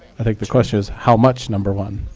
i think the question is, how much number one?